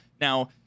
now